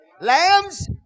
Lambs